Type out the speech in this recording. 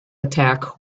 attack